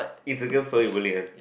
it's again boleh uh